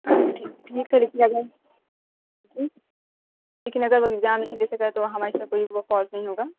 ٹھیک ٹھیک ہے لے کے آ جائیں جی لیکن اگر وہ ایگزام نہیں دے سکا تو ہماری اِس میں وہ فالٹ نہیں ہوگا